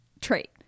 trait